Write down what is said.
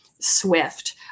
swift